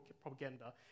propaganda